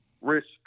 risk